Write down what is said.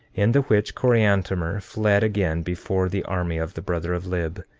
in the which coriantumr fled again before the army of the brother of lib.